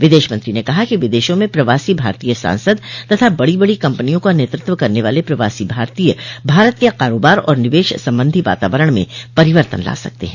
विदेश मंत्री ने कहा कि विदेशों में प्रवासी भारतीय सांसद तथा बड़ी बड़ी कंपनियों का नेतृत्व करने वाले प्रवासी भारतीय भारत के कारोबार और निवेश संबंधी वातावरण में परिवर्तन ला सकते हैं